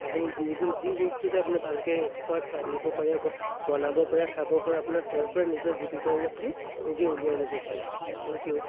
আপুনি যিকোনো যি বস্তুতে আপুনি ভালকে এক্সপাৰ্ট ৰান্ধিব পাৰে ব বনাব পাৰে খাব পাৰে আপোনাৰ তাৰপৰা নিজৰ জীৱিকা আপুনি নিজে উলিয়াই ল'ব পাৰে থেংক ইউ